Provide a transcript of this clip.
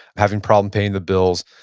having problem paying the bills,